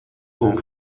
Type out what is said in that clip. con